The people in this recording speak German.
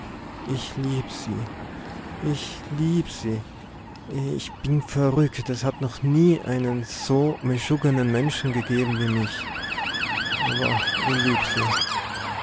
ich lieb se ich lieb se ich bin verrückt es hat noch nie einen so meschuggenen menschen gegeben wie mich aber ich lieb se